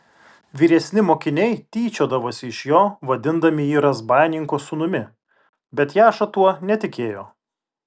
vyresni mokiniai tyčiodavosi iš jo vadindami jį razbaininko sūnumi bet jaša tuo netikėjo